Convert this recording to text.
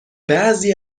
بعضی